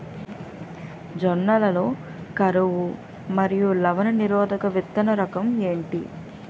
జొన్న లలో కరువు మరియు లవణ నిరోధక విత్తన రకం ఏంటి?